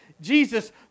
Jesus